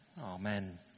amen